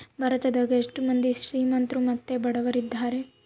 ಭಾರತದಗ ಎಷ್ಟ ಮಂದಿ ಶ್ರೀಮಂತ್ರು ಮತ್ತೆ ಬಡವರಿದ್ದಾರೆ?